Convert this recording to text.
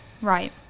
Right